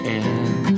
end